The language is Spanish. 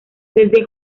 desde